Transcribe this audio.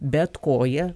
bet koją